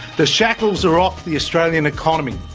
the shackles are off the australian economy.